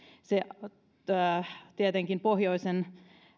se tietenkin pohjoisen